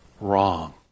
Wrong